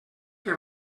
que